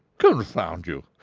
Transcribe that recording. confound you!